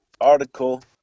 article